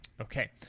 Okay